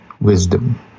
wisdom